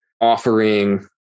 offering